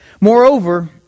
Moreover